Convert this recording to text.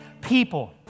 people